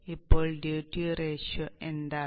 ഇപ്പോൾ duty ratio എന്താണ്